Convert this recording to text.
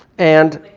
and?